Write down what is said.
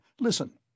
Listen